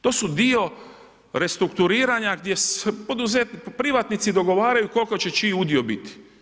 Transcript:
To su dio restrukturiranja gdje se privatnici dogovaraju koliko će čiji udio biti.